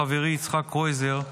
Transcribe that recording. תודה לחברי יצחק קרויזר,